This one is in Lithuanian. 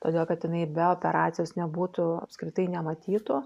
todėl kad jinai be operacijos nebūtų apskritai nematytų